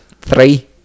Three